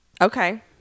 Okay